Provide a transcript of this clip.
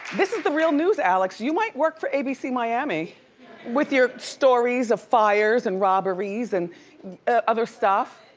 this is the real news, alex. you might work for abc miami with your stories of fires and robberies and other stuff.